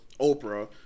oprah